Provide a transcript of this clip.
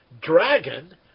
Dragon